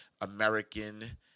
American